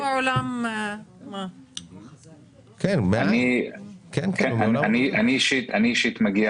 אני אישית מגיע